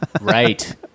Right